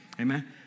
Amen